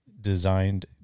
designed